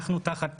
אנחנו תחת טילים,